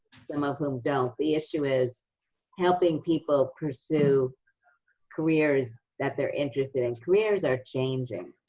some of whom don't, the issue is helping people pursue careers that they're interested in. careers are changing.